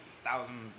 thousand